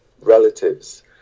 relatives